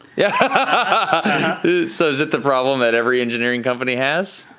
yeah ah so is it the problem that every engineering company has?